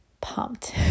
pumped